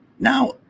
Now